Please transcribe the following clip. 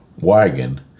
wagon